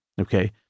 Okay